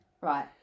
Right